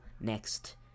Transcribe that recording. next